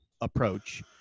approach